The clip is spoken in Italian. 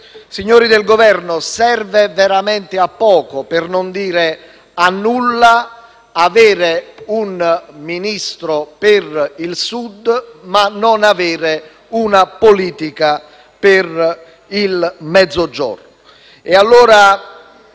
Signori del Governo, serve veramente a poco, per non dire a nulla, avere un Ministro per il Sud senza avere una politica per il Mezzogiorno.